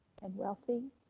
and wealthy,